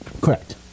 Correct